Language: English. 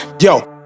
Yo